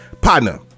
Partner